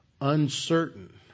uncertain